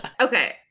Okay